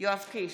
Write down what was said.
יואב קיש,